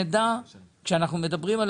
אנחנו לא